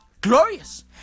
Glorious